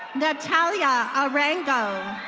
natalia arango.